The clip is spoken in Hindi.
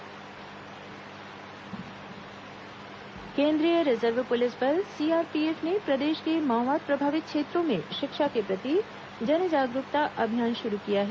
सीआरपीएफ जागरूकता केन्द्रीय रिजर्व पुलिस बल सीआरपीएफ ने प्रदेश के माओवाद प्रभावित क्षेत्रों में शिक्षा के प्रति जन जागरूकता अभियान शुरू किया है